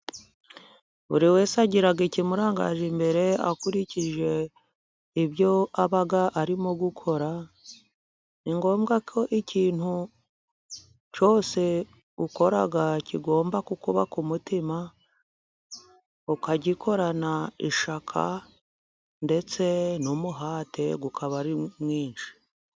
Buri wese agira ikimurangaje imbere akurikije ibyo aba arimo gukora. Ni ngombwa ko ikintu cyose ukora kigomba kukuba ku mutima ukagikorana ishyaka ndetse n'umuhate ukaba ari mwinshi.